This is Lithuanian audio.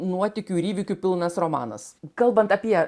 nuotykių ir įvykių pilnas romanas kalbant apie